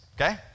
okay